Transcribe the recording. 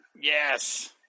Yes